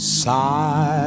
side